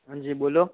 हाँ जी बोलो